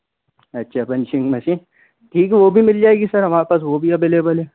अच्छा punching machine ठीक है वो भी मिल जाएगी सर हमारे पास वो भी अवेलेबल है